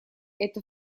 это